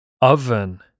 Oven